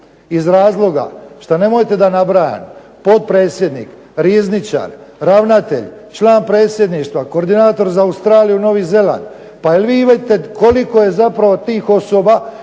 iz razloga što nemojte da nabrajam, potpredsjednik, rizničar, ravnatelj, član predsjedništva, koordinator za Australiju-Novi Zeland, pa jel vi vidite koliko je zapravo tih osoba